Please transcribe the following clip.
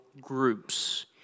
groups